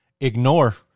ignore